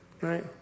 Right